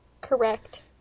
Correct